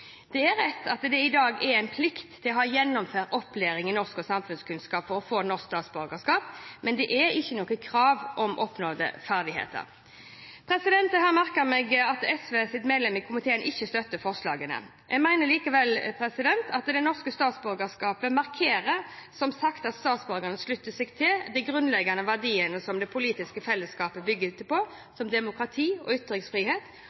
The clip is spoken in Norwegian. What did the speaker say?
Det er riktig at det i dag er en plikt å ha gjennomført opplæring i norsk og samfunnskunnskap for å få norsk statsborgerskap, men det er ikke noe krav om oppnådde ferdigheter. Jeg har merket meg at SVs medlem i komiteen ikke støtter forslagene. Jeg mener likevel at det norske statsborgerskapet, som sagt, markerer at statsborgeren slutter seg til de grunnleggende verdiene som det politiske felleskapet bygger på, som demokrati og ytringsfrihet.